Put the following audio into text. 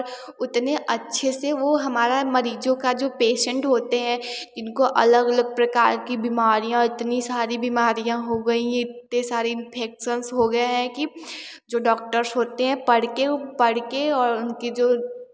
उतने अच्छे से वह हमारा मरीजों का जो पेसेंट होते हैं इनको अलग अलग प्रकार की बीमारियाँ इतनी सारी बीमारियाँ हो गई हैं इतने सारे इन्फेक्शन हो गए हैं कि जो डॉक्टर्स होते हैं पढ़कर वह पढ़कर और उनके जो